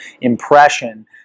impression